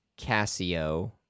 casio